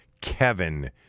Kevin